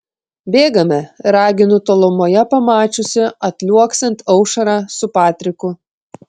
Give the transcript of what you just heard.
bėgame raginu tolumoje pamačiusi atliuoksint aušrą su patriku